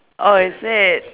oh is it